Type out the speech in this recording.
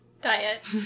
diet